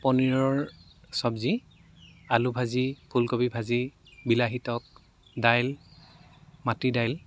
পনীৰৰ চব্জি আলু ভাজি ফুলকবি ভাজি বিলাহী টক দাইল মাটি দাইল